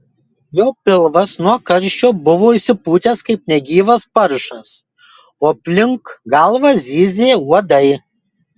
jo pilvas nuo karščio buvo išsipūtęs kaip negyvas paršas o aplink galvą zyzė uodai